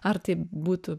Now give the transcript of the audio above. ar tai būtų